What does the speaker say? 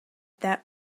that